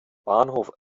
bahnhof